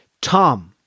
Tom